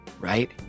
right